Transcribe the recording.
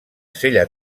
sella